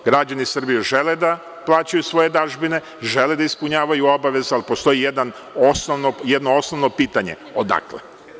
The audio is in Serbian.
Građani Srbije žele da plaćaju svoje dažbine, žele da ispunjavaju obaveze, ali postoji jedno osnovno pitanje – odakle?